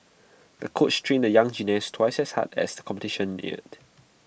the coach trained the young gymnast twice as hard as the competition neared